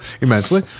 immensely